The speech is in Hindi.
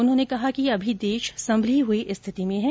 उन्होंने कहा कि अभी देश संमली हुई स्थिति में है